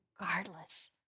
regardless